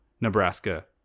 Nebraska